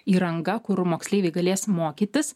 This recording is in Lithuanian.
įranga kur moksleiviai galės mokytis